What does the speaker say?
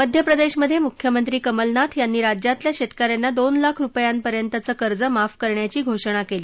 मध्यप्रदर्शनध्यक्रिख्यमंत्री कमलनाथ यांनी राज्यातल्या शक्किन्यांना दोन लाख रूपयांपर्यंतचं कर्ज माफ करण्याची घोषणा कली